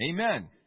Amen